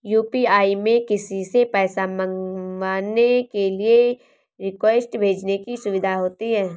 UPI में किसी से पैसा मंगवाने के लिए रिक्वेस्ट भेजने की सुविधा होती है